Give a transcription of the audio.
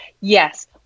Yes